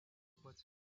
pat